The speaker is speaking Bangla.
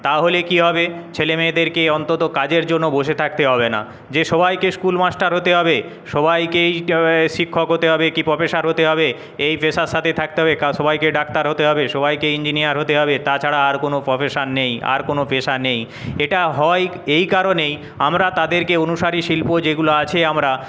তাহলে কী হবে ছেলেমেয়েদেরকে অন্তত কাজের জন্য বসে থাকতে হবে না যে সবাইকে স্কুল মাস্টার হতে হবে সবাইকেই শিক্ষক হতে হবে কি প্রফেসর হতে হবে এই পেশার সাথে থাকতে হবে সবাইকে ডাক্তার হতে হবে সবাইকে ইঞ্জিনিয়ার হতে হবে তাছাড়া আর কোনও প্রফেশন নেই আর কোনও পেশা নেই এটা হয় এই কারণেই আমরা তাদেরকে অনুসারী শিল্প যেগুলো আছে আমরা